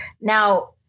Now